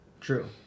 True